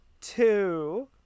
Two